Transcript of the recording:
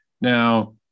Now